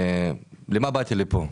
למה באתי לפה?